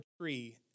tree